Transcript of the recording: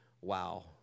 wow